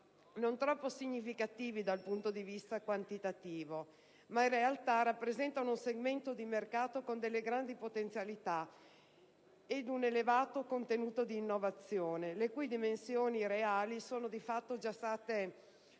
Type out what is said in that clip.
non troppo significativi dal punto di vista quantitativo, ma in realtà rappresentano un segmento di mercato con delle grandi potenzialità e un elevato contenuto di innovazione, le cui dimensioni reali sono già state